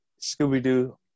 Scooby-Doo